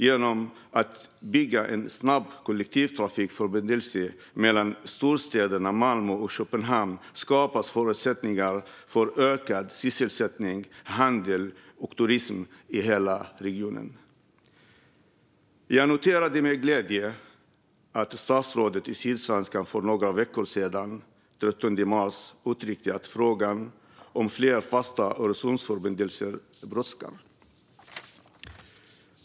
Genom att bygga en snabb kollektivtrafikförbindelse mellan storstäderna Malmö och Köpenhamn skapas förutsättningar för ökad sysselsättning, handel och turism i hela regionen. Jag noterade med glädje att statsrådet i Sydsvenskan för några veckor sedan, den 13 mars, uttryckte att frågan om fler fasta Öresundsförbindelser brådskar.